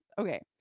Okay